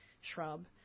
shrub